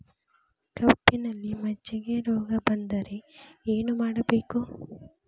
ಕಬ್ಬಿನಲ್ಲಿ ಮಜ್ಜಿಗೆ ರೋಗ ಬಂದರೆ ಏನು ಮಾಡಬೇಕು?